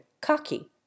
cocky